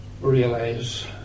realize